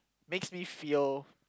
makes me feel